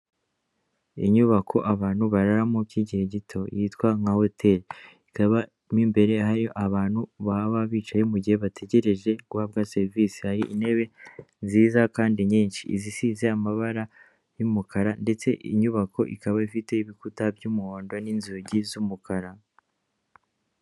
Inyubako abantu bararamo by'igihe gito, yitwa nka hoteri, ikamo imbere harimo abantu baba bicaye mugihe bategereje guhabwa serivisi, hari intebe nziza kandi nyinshi, izisize amabara y'umukara, ndetse inyubako ikaba ifite ibikuta by'umuhondo n'inzugi z'umukara.